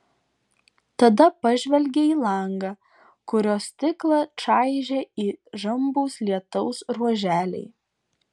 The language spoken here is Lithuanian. tada pažvelgė į langą kurio stiklą čaižė įžambūs lietaus ruoželiai